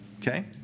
Okay